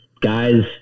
guys